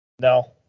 No